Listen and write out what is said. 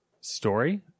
story